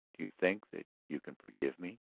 do you think that you can forgive me?